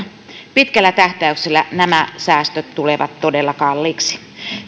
pitkällä tähtäyksellä nämä säästöt tulevat todella kalliiksi